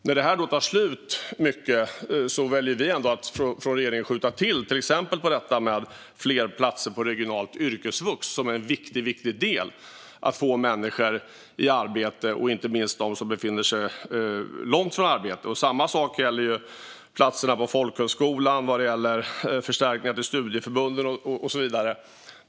När dessa stöd nu tar slut väljer vi i den här regeringen ändå att skjuta till medel för att exempelvis få fler platser på regionalt yrkesvux, som är en viktig del när det gäller att få människor i arbete, inte minst personer som befinner sig långt från arbetsmarknaden. Samma sak gäller platser på folkhögskolor, förstärkningar till studieförbund och så vidare.